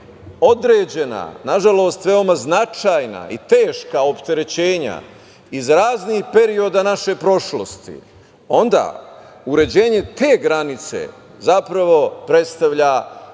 određena, na žalost veoma značajna i teška opterećenja, iz raznih perioda naših prošlosti, onda uređenje te granice zapravo predstavlja